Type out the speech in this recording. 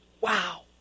Wow